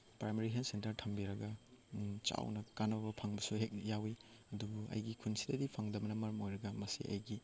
primary health centre ꯊꯝꯕꯤꯔꯒ ꯆꯥꯎꯅ ꯀꯥꯟꯅꯕ ꯐꯪꯕꯁꯨ ꯍꯦꯛ ꯌꯥꯎꯏ ꯑꯗꯨꯕꯨ ꯑꯩꯒꯤ ꯈꯨꯟꯁꯤꯗꯗꯤ ꯐꯪꯗꯕꯅ ꯃꯔꯝ ꯑꯣꯏꯔꯒ ꯃꯁꯤ ꯑꯩꯒꯤ ꯀꯝꯄ꯭ꯂꯦꯟꯅꯦ